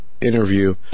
interview